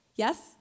Yes